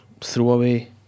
throwaway